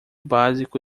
básico